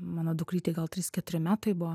mano dukrytei gal trys keturi metai buvo